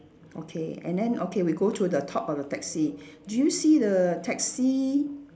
okay and then okay we go to the top of the taxi do you see the taxi